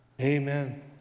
Amen